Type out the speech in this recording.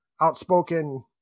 outspoken